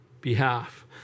behalf